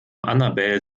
annabel